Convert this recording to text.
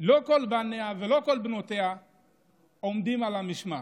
לא כל בניה ולא כל בנותיה עומדים על המשמר,